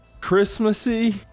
Christmassy